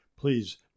please